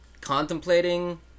contemplating